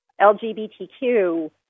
LGBTQ